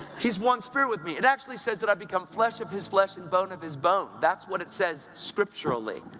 he's one spirit with me. it actually says that i've become flesh of his flesh, and bone of his bone. that's what it says scripturally.